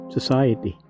society